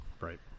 Right